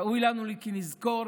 ראוי לנו כי נזכור